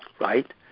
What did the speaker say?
right